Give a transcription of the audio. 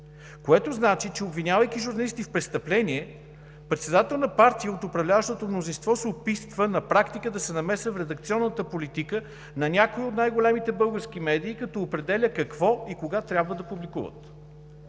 което значи, че обвинявайки журналисти в престъпление, председателят на партия от управляващото мнозинство се опитва на практика да се намесва в редакционната политика на някои от най-големите български медии, като определя какво и кога трябва да публикуват.